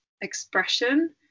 expression